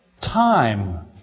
Time